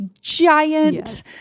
giant